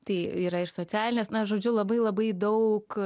tai yra ir socialinės na žodžiu labai labai daug